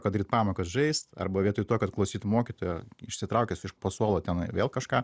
kad daryt pamokas žaist arba vietoj to kad klausyt mokytojo išsitraukęs iš po suolo tenai vėl kažką